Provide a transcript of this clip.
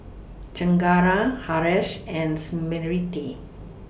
Chengara Haresh and Smriti